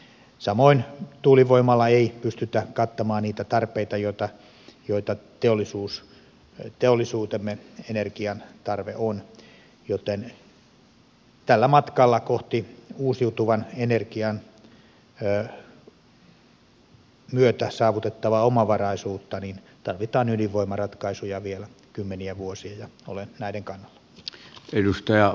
samoin tuulivoimalla ei pystytä kattamaan niitä tarpeita joita teollisuudellamme on joten tällä matkalla kohti uusiutuvan energian myötä saavutettavaa omavaraisuutta tarvitaan ydinvoimaratkaisuja vielä kymmeniä vuosia ja olen näiden kannalla